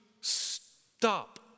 stop